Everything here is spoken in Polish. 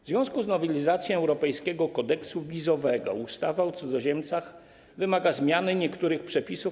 W związku z nowelizacją europejskiego kodeksu wizowego ustawa o cudzoziemcach wymaga zmiany niektórych przepisów.